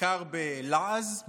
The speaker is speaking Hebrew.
בעיקר בלעז,